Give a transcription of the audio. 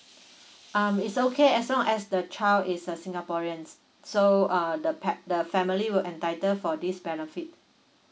um is okay as long as the child is a singaporeans so err the pack the family will entitle for this benefit